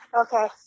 Okay